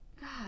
God